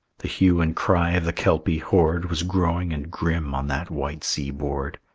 the hue and cry of the kelpie horde was growing and grim on that white seaboard.